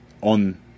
on